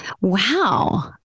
Wow